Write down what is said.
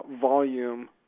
volume